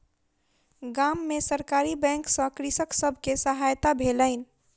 गाम में सरकारी बैंक सॅ कृषक सब के सहायता भेलैन